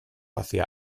hacia